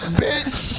bitch